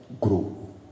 grow